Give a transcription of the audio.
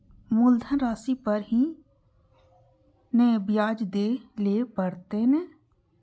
मुलधन राशि पर ही नै ब्याज दै लै परतें ने?